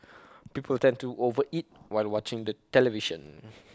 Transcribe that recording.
people tend to over eat while watching the television